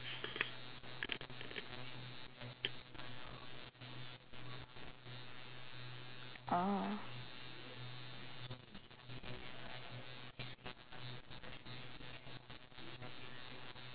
oh